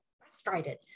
frustrated